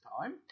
time